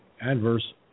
adverse